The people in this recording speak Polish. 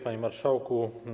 Panie Marszałku!